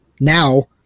now